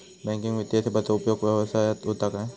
Banking वित्तीय सेवाचो उपयोग व्यवसायात होता काय?